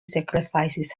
sacrifices